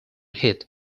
hit